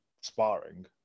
sparring